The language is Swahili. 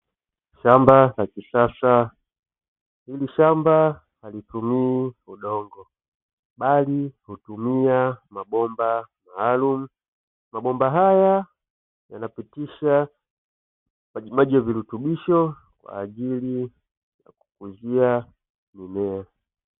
Shamba la kisasa, hili shamba halitumii udongo bali hutumia mabomba maalumu, mabomba haya yanapitisha majimaji ya virutubisho kwa ajili ya kukuzia mimea.